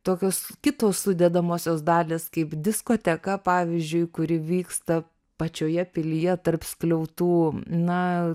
tokios kitos sudedamosios dalys kaip diskoteka pavyzdžiui kuri vyksta pačioje pilyje tarp skliautų na